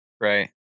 Right